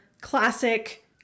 classic